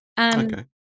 Okay